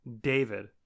David